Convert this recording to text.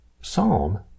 Psalm